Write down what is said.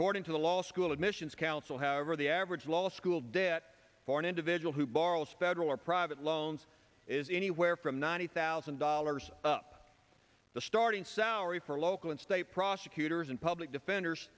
according to the law school admissions council however the average law school debt for an individual who borrows federal or private loans is anywhere from ninety thousand dollars up the starting salary for local and state prosecutors and public defenders